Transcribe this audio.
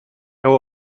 heu